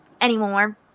anymore